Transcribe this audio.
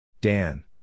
Dan